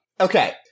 Okay